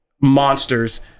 monsters